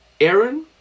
Aaron